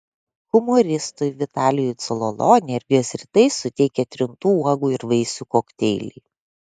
humoristui vitalijui cololo energijos rytais suteikia trintų uogų ir vaisių kokteiliai